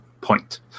Point